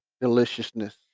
deliciousness